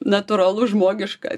natūralu žmogiška